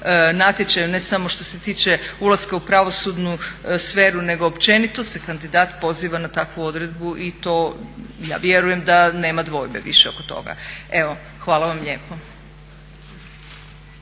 natječaju ne samo što se tiče ulaska u pravosudnu sferu nego općenito se kandidat poziva na takvu odredbu i to ja vjerujem da nema dvojbe više oko toga. Evo, hvala vam lijepo.